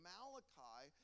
Malachi